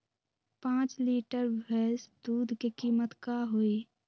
पाँच लीटर भेस दूध के कीमत का होई?